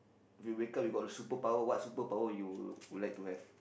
you wake up you got superpower what superpower you would like to have